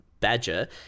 badger